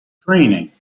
draining